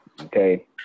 Okay